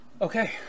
okay